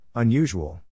Unusual